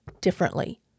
differently